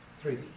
Three